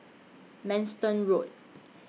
Manston Road